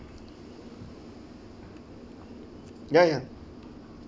ya ya